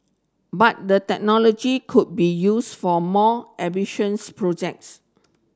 but the technology could be used for more ambitious projects